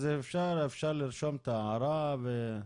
אז אפשר לרשום את ההערה.